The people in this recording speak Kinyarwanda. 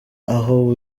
aho